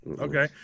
Okay